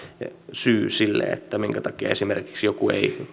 syy sille minkä takia joku esimerkiksi ei